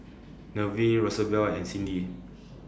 Nevin Rosabelle and Cindi